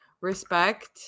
respect